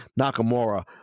Nakamura